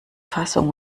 fassung